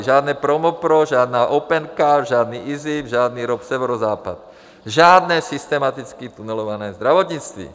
Žádné Promopro, žádná Opencard, žádný IZIP, žádný ROP Severozápad, žádné systematicky tunelované zdravotnictví.